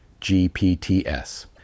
GPTS